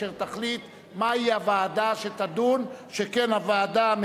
אינני משנה את תוצאות ההצבעה.